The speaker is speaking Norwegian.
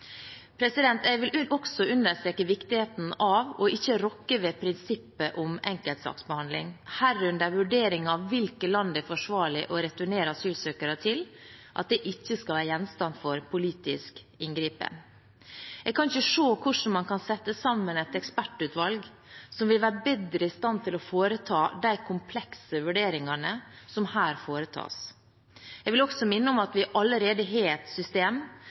Jeg vil også understreke viktigheten av ikke å rokke ved prinsippet om enkeltsaksbehandling, herunder at vurdering av hvilke land det er forsvarlig å returnere asylsøkere til, ikke skal være gjenstand for politisk inngripen. Jeg kan ikke se hvordan man kan sette sammen et ekspertutvalg som vil være bedre i stand til å foreta de komplekse vurderingene som her foretas. Jeg vil også minne om at vi allerede har et system